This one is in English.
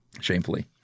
Shamefully